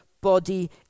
body